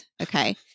Okay